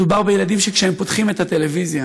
מדובר בילדים שכשהם פותחים את הטלוויזיה